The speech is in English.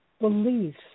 beliefs